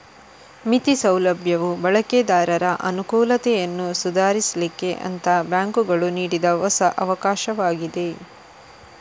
ಮಿತಿ ಸೌಲಭ್ಯವು ಬಳಕೆದಾರರ ಅನುಕೂಲತೆಯನ್ನ ಸುಧಾರಿಸ್ಲಿಕ್ಕೆ ಅಂತ ಬ್ಯಾಂಕುಗಳು ನೀಡಿದ ಹೊಸ ಅವಕಾಶವಾಗಿದೆ